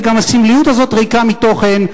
וגם הסמליות הזאת ריקה מתוכן.